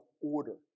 order